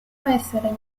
essere